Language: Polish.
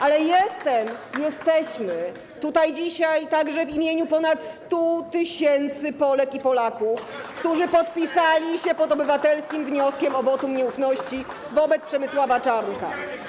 Ale jestem, jesteśmy tutaj dzisiaj także w imieniu ponad 100 tys. Polek i Polaków, którzy podpisali się pod obywatelskim wnioskiem o wotum nieufności wobec Przemysława Czarnka.